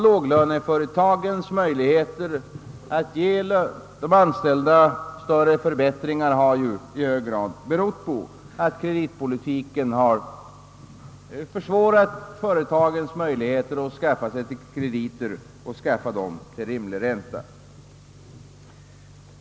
Låglöneföretagens svårigheter att ge de anställda större förbättringar har i hög grad berott på att kreditpolitiken icke gett företagen möjligheter att skaffa krediter och att skaffa dem till rimlig ränta.